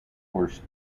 horse